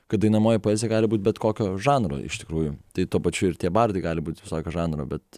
kad dainuojamoji poezija gali būt bet kokio žanro iš tikrųjų tai tuo pačiu ir tie bardai gali būt visokio žanro bet